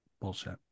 Bullshit